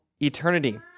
eternity